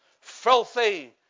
filthy